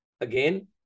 again